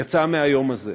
יצאה מהיום הזה: